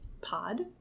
pod